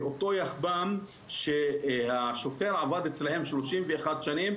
ואותו יחב"מ שהשוטר עבד אצלם 31 שנים,